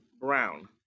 Brown